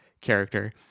character